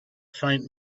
faint